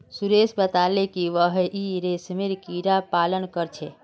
सुरेश बताले कि वहेइं रेशमेर कीड़ा पालन कर छे